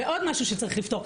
זה עוד משהו שצריך לפתור.